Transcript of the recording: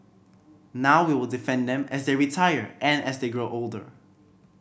now we will defend them as they retire and as they grow older